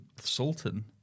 Sultan